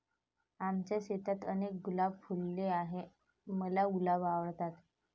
आमच्या शेतात अनेक गुलाब फुलले आहे, मला गुलाब आवडतात